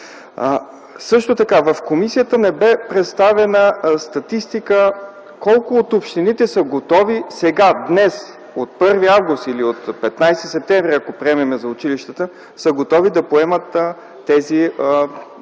Също така в комисията не бе представена статистика колко от общините са готови сега, днес, от 1 август или от 15 септември, ако говорим за училищата, да поемат тези малчугани